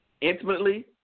intimately